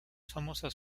famosas